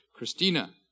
Christina